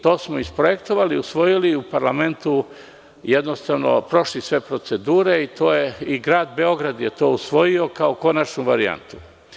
To smo isprojektovali, usvojili i u parlamentu prošli sve procedure, grad Beograd je to usvojio kao konačnu varijantu.